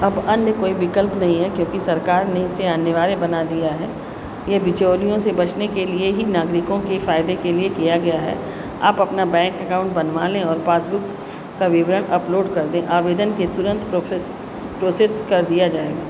अब अन्य कोई विकल्प नहीं हैं क्योंकि सरकार ने इसे अनिवार्य बना दिया है यह बिचौलियों से बचने के लिए ही नागरिकों के फायदे के लिए किया गया है आप अपना बैंक अकाउंट बनवा लें और पासबुक विवरण अपलोड कर दें आवेदन के तुरंत प्रोसेस कर दिया जाएगा